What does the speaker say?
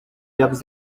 llocs